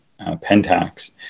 Pentax